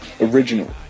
original